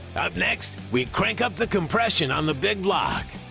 up next, we crank up the compression on the big block.